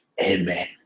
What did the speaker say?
Amen